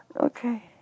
Okay